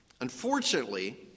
Unfortunately